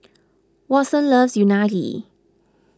Watson loves Unagi